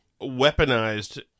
weaponized